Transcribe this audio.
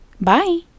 Bye